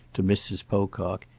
to mrs. pocock,